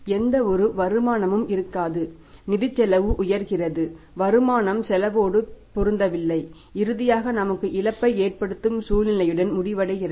எந்தவொரு வருமானமும் இருக்காது நிதிச் செலவு உயர்கிறது வருமானம் செலவோடு பொருந்தவில்லை இறுதியாக நமக்கு இழப்பை ஏற்படுத்தும் சூழ்நிலையுடன் முடிவடைகிறது